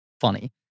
funny